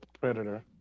predator